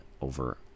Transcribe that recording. over